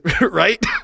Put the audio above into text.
right